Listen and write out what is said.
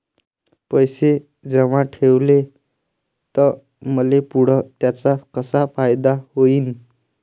पैसे जमा ठेवले त मले पुढं त्याचा कसा फायदा होईन?